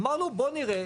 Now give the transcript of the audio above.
אמרנו בוא נראה,